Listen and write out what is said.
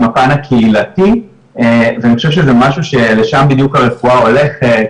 הפן הקהילתי ואני חושב שזה משהו שלשם בדיוק הרפואה הולכת,